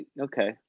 okay